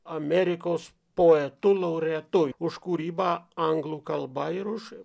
amerikos poetu laureatu už kūrybą anglų kalba ir už